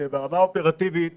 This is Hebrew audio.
ברמה האופרטיבית